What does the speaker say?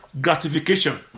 gratification